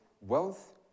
wealth